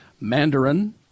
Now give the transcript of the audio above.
mandarin